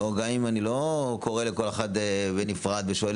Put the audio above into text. גם אם אני לא קורא לכל אחד בנפרד ושואל